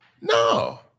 No